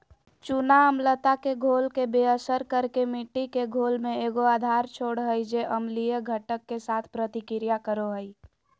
चूना अम्लता के घोल के बेअसर कर के मिट्टी के घोल में एगो आधार छोड़ हइ जे अम्लीय घटक, के साथ प्रतिक्रिया करो हइ